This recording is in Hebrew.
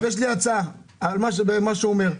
יש לי הצעה, על מה שהוא אומר.